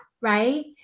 right